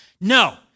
no